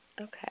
Okay